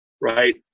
Right